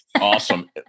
awesome